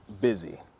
busy